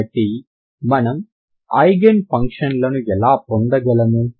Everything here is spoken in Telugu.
కాబట్టి మనం ఐగెన్ ఫంక్షన్లను ఎలా పొందగలము